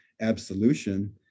absolution